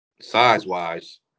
size-wise